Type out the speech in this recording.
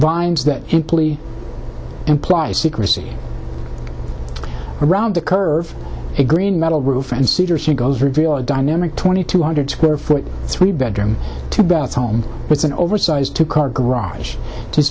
vines that simply implies secrecy around the curve a green metal roof and cedar hugo's reveal a dynamic twenty two hundred square foot three bedroom two bath home with an oversized two car garage